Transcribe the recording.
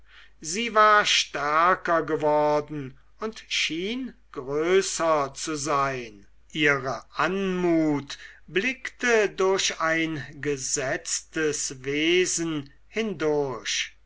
sie war stärker geworden und schien größer zu sein ihre anmut blickte durch ein gesetztes wesen hindurch